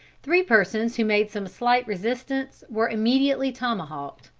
three persons who made some slight resistance were immediately tomahawked.